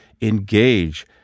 engage